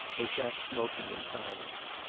they sat smoking in silence.